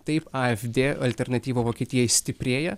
taip afd alternatyva vokietijai stiprėja